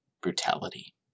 brutality